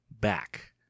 back